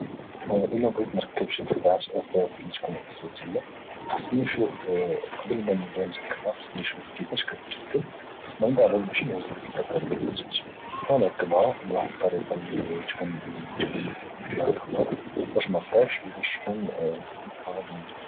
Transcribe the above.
الا بغيت نركب شي قطعه اثاث اللي تكون رئيسيه خاصني نشوف قبل ما نبغي نركبها خاصني نشوف كيفاش كاتركب ومن بعد غادي نمشي القطعه ديال الاثاث وغانركبها بواحد الطريقه يعني اللي يكون فيها الحذر ما تطيحش باش تكون الامور غاديه مزيان